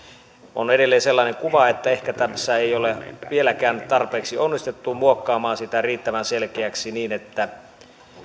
on edelleen sellainen kuva että ehkä tässä ei ole vieläkään tarpeeksi onnistuttu muokkaamaan sitä riittävän selkeäksi niin että